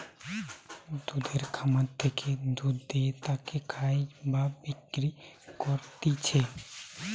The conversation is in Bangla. দুধের খামার থেকে দুধ দুয়ে তাকে খায় বা বিক্রি করতিছে